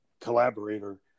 collaborator